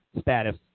status